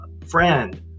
friend